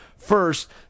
First